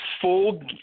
full